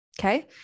Okay